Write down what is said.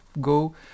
go